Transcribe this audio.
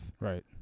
right